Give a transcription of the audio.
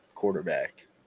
quarterback